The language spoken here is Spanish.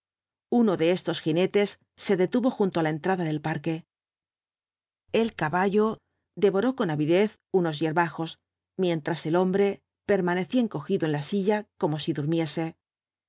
uno de estos jinetes se detuvo junto á la entrada del parque el caballo devoró con avidez unos hierbajos mientras el hombre permanecía encogido en la silla como si durmiese